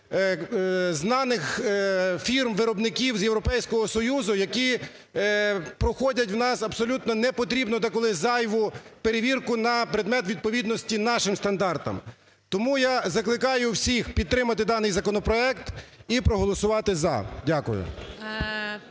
знаних фірм-виробників з Європейського Союзу, які проходять у нас абсолютно не потрібну, деколи зайву перевірку на предмет відповідності нашим стандартам. Тому я закликаю всіх підтримати даний законопроект і проголосувати "за". Дякую.